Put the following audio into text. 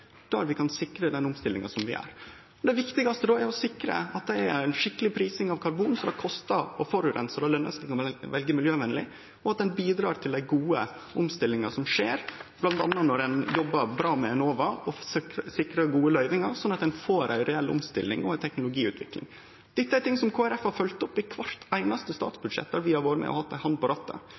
der vi kan sikre den omstillinga som vi gjer. Det viktigaste då er å sikre at det er ei skikkeleg prising av karbon, så det kostar å forureine og lønnar seg å velje miljøvenleg, og at ein bidrar til den gode omstillinga som skjer – bl.a. når ein jobbar bra med Enova og sikrar gode løyvingar, sånn at ein får ei reell omstilling og ei teknologiutvikling. Dette er ting som Kristeleg Folkeparti har følgt opp i kvart einaste statsbudsjett der vi har vore med og hatt ei hand på rattet.